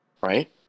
right